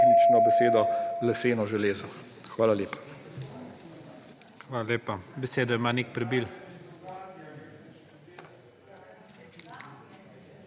Hvala lepa.